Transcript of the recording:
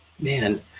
man